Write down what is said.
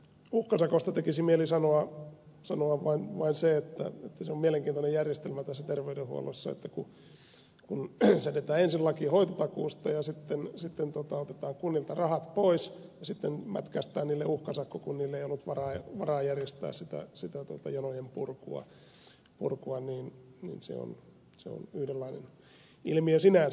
uhkasakosta tekisi mieli sanoa vain se että se on mielenkiintoinen järjestelmä tässä terveydenhuollossa että kun säädetään ensin laki hoitotakuusta ja sitten otetaan kunnilta rahat pois ja sitten mätkäistään niille uhkasakko kun niillä ei ollut varaa järjestää sitä jonojen purkua niin se on yhdenlainen ilmiö sinänsä